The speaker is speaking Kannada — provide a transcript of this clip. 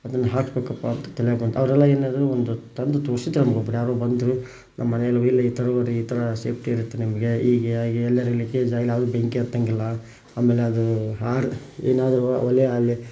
ಅದನ್ನ ಹಾಕಬೇಕಪ್ಪಾ ಅಂತ ತಲೆಯಾಗ ಬಂತು ಅವರೆಲ್ಲ ಏನೆಂದರು ಒಂದು ತಂದು ತೋರಿಸಿದ್ದವ್ರಿಗೆ ಒಬ್ರು ಯಾರೋ ಬಂದರು ನಮ್ಮನೆಯಲ್ಲಿ ಈ ಥರ ನೋಡಿರಿ ಈ ಥರ ಸೇಫ್ಟಿ ಇರುತ್ತೆ ನಿಮಗೆ ಹೀಗೆ ಹಾಗೆ ಎಲ್ಲ ಹೇಳಿದ್ರೆ ಇದ್ರಲ್ಲಿ ಯಾವ ಬೆಂಕಿ ಹತ್ತೋಂಗಿಲ್ಲ ಆಮೇಲೆ ಅದು ಹಾರಿ ಏನಾದರೂ ಒಲೆಯಲ್ಲಿ